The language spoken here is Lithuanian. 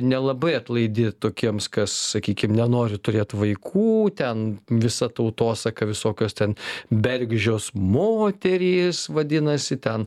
nelabai atlaidi tokiems kas sakykim nenori turėt vaikų ten visa tautosaka visokios ten bergždžios moterys vadinasi ten